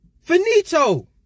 finito